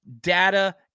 data